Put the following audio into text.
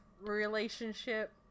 relationship